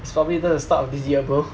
it's probably just the start of this year bro